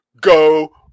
Go